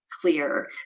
clear